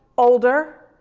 older.